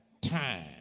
time